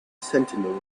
sentinels